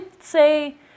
say